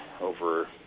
over